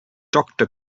doctor